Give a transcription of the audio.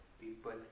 people